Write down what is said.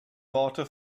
worte